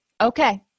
okay